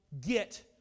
get